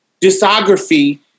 discography